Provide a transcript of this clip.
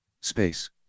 Space